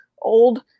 old